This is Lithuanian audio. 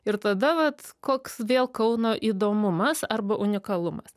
ir tada vat koks vėl kauno įdomumas arba unikalumas